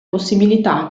possibilità